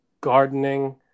gardening